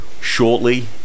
shortly